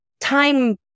time